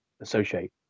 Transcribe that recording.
associate